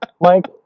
Mike